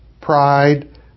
pride